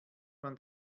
man